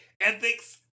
ethics